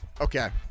Okay